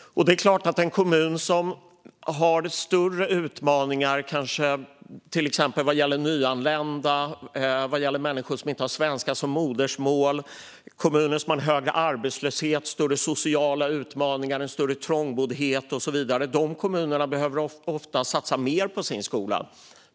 Det är klart att kommuner som har större utmaningar till exempel vad gäller nyanlända, människor som inte har svenska som modersmål, högre arbetslöshet, större sociala utmaningar, trångboddhet och så vidare ofta behöver satsa mer på sin skola.